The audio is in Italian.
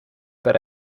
per